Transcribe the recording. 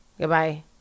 Goodbye